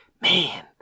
man